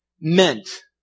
meant